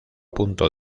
punto